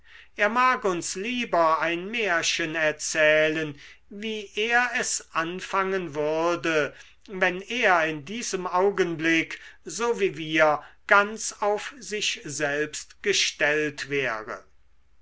er mag uns lieber ein märchen erzählen wie er es anfangen würde wenn er in diesem augenblick so wie wir ganz auf sich selbst gestellt wäre